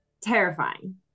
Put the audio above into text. terrifying